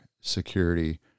security